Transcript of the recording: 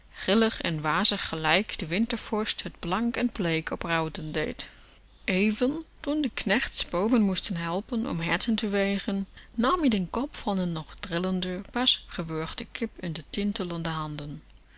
grillig en wazig gelijk de wintervorst t blank en bleek op ruiten dee even toen de knechts boven moesten helpen om herten te wegen nam ie den kop van n nog trillende pas gewurgde kip in de tintelende handen